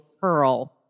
Pearl